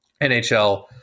NHL